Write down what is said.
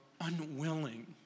unwilling